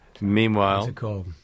Meanwhile